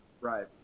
right